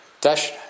Dash